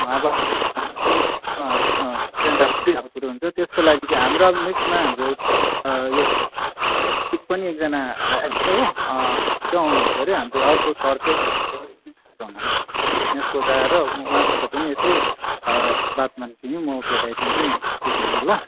अब त्यसको लागि चाहिँ हाम्रो अब नेक्स्टमा हाम्रो यो एकजना आएको छ हो छिटो आउनुहुन्छ हरे हाम्रो अर्को सर चाहिँ उहाँसित पनि यसो बात मार्नु तिमी म भेटाइदिन्छु नि एक दुई दिनमा ल